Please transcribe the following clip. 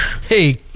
Hey